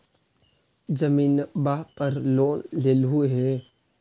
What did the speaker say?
जमीनवा पर लोन लेलहु हे?